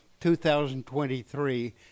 2023